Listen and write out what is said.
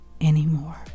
anymore